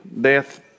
Death